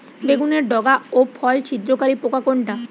বেগুনের ডগা ও ফল ছিদ্রকারী পোকা কোনটা?